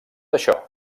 això